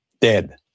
dead